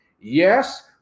Yes